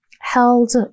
held